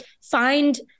find